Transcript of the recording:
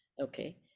okay